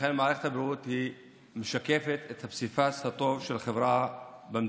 ולכן מערכת הבריאות משקפת את הפסיפס הטוב של החברה במדינה.